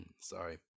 Sorry